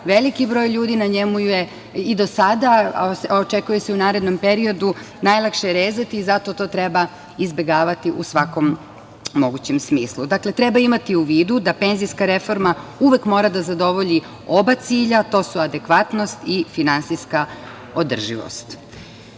veliki broj ljudi i na njemu je i do sada, a očekuje se u narednom periodu, najlakše je rezati i zato to treba izbegavati u svakom mogućem smislu. Dakle, treba imati u vidu da penzijska reforma uvek mora da zadovolji oba cilja, a to su adekvatnost i finansijska održivost. Najvažnije